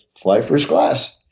fly first class.